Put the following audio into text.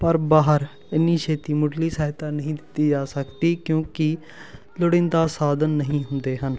ਪਰ ਬਾਹਰ ਇੰਨੀ ਛੇਤੀ ਮੁੱਢਲੀ ਸਹਾਇਤਾ ਨਹੀਂ ਦਿੱਤੀ ਜਾ ਸਕਦੀ ਕਿਉਂਕਿ ਲੋੜੀਂਦਾ ਸਾਧਨ ਨਹੀਂ ਹੁੰਦੇ ਹਨ